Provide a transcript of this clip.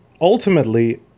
ultimately